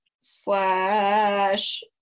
slash